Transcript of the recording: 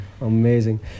Amazing